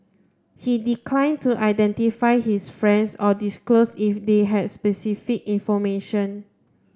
he declined to identify his friends or disclose if they had specific information